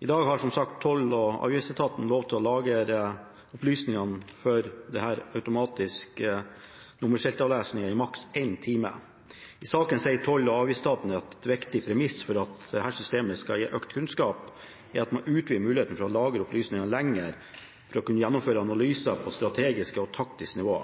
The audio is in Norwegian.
dag har, som sagt, Toll- og avgiftsetaten lov til å lagre opplysningene fra automatisk nummerskiltavlesning i maksimalt én time. Toll- og avgiftsetaten sier at et viktig premiss for at dette systemet skal gi økt kunnskap, er at man utvider mulighetene for å lagre opplysninger lenger for å kunne gjennomføre analyser på strategisk og taktisk nivå.